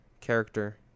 character